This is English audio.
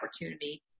opportunity